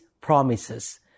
promises